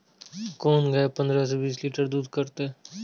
कोन गाय पंद्रह से बीस लीटर दूध करते?